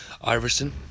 Iverson